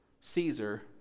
Caesar